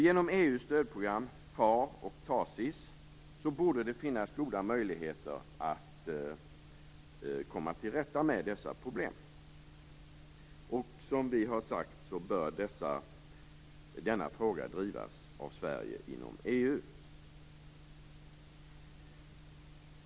Genom EU:s stödprogram PHARE och TACIS borde det finnas goda möjligheter att komma till rätta med dessa problem. Som vi har sagt bör denna fråga drivas av Sverige inom EU.